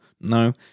No